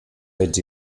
fets